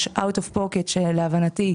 לא יכול להיות, מפתיע.